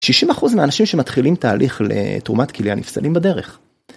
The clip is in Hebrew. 60% מהאנשים שמתחילים תהליך לתרומת כליה נפסלים בדרך.